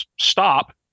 stop